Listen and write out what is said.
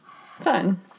Fun